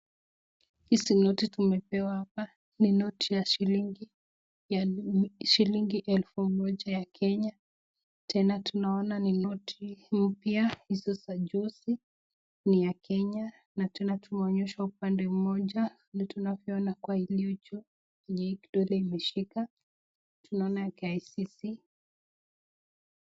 Hizi noti tumepewa hapa, ni noti ya shilingi elfu moja ya Kenya, tena tunaona ni noti mpya, hizo za juzi, ni ya Kenya na tena tumeonyeshwa upande mmoja. Vile tunavyoona kwa hili juu yenye kidole imeshika, tunaona KICC.